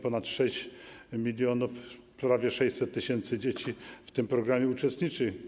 Ponad 6 mln prawie 600 tys. dzieci w tym programie uczestniczy.